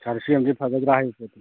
ꯁꯥꯔ ꯁꯤ ꯑꯃꯗꯤ ꯐꯒꯗ꯭ꯔꯥ ꯍꯥꯏꯕꯗꯨ